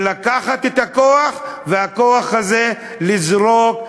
לקחת את הכוח הזה, לזרוק,